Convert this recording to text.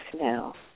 now